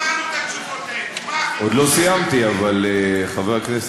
שמענו את התשובות האלה, אבל מה אתה מחדש?